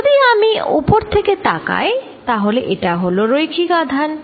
যদি আমি উপর থেকে তাকাই তাহলে এটা হল রৈখিক আধান